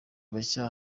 bashya